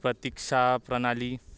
प्रतीक्षा प्रणाली